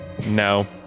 No